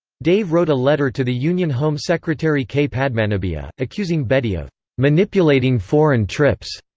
dave wrote a letter to the union home secretary k. padmanabhiah, accusing bedi of manipulating foreign trips,